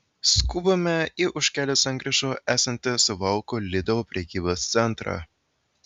skubame į už kelių sankryžų esantį suvalkų lidl prekybos centrą